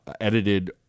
edited